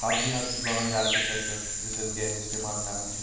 سبزی حض چُھس انان گَرٕ کِژھ تَتہِ پٮ۪ٹھ یُس أسۍ گَرِ اِستعمال کَران چھ